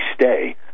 stay